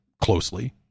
closely